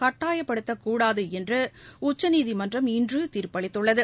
கட்டாயப்படுத்த கூடாது என்று உச்சநீதிமன்றம் இன்று தீர்ப்பு அளித்துள்ளது